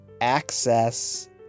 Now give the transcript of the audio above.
access